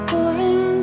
Pouring